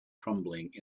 crumbling